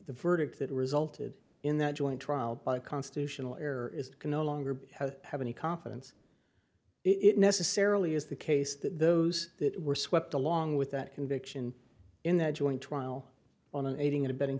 the verdict that resulted in that joint trial by constitutional error is no longer have any confidence it necessarily is the case that those that were swept along with that conviction in that joint trial on an aiding and abetting